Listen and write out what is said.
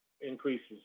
increases